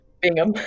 Bingham